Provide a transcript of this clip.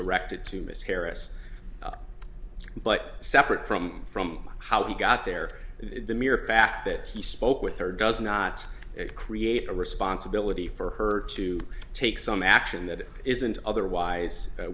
directed to miss harris but separate from from how he got there it the mere fact that he spoke with her does not create a responsibility for her to take some action that isn't otherwise